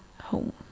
Home